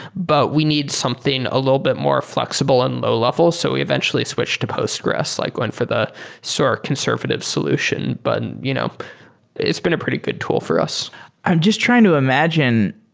but we need something a little bit more flexible and low-level. so we eventually switched to postgres. like went for the sort of conservative solution, but you know it's been a pretty good tool for us i'm just trying to imagine,